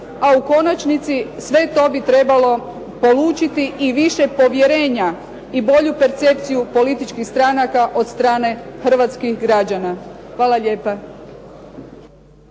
a u konačnici sve to bi trebalo polučiti i više povjerenja i bolju percepciju političkih stranaka od strane hrvatskih građana. Hvala lijepa.